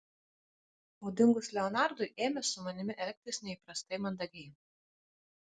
o dingus leonardui ėmė su manimi elgtis neįprastai mandagiai